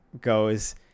goes